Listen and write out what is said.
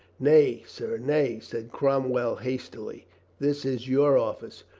nay, sir, nay, said cromwell hastily this is your office.